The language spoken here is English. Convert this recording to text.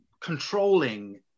controlling